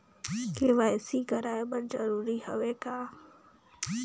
KYC कराय बर जरूरी हवे का?